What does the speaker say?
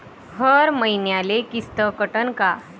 हर मईन्याले किस्त कटन का?